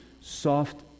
soft